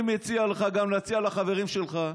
אני מציע לך גם להציע לחברים שלך,